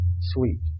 sweet